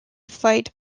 filled